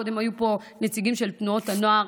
קודם היו פה נציגים מדהימים של תנועות הנוער,